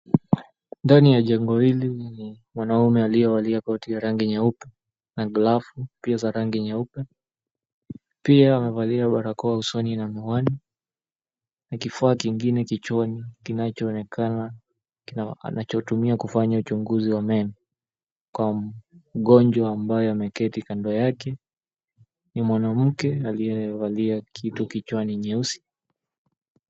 Ndani ya jengo hili lenye mwanume aliyevalia koti ya rangi nyeupe na glavu pia za rangi nyeupe, pia amevalia barakoa usoni na miwani na kifaa kingine kichwani kinachoonekana anachotumiwa kufanya uchunguzi wa meno kwa mgonjwa ambaye ameketi kando yake ni mwanamke aliyevalia kitu kichwani nyeusi.